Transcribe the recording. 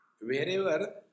Wherever